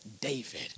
David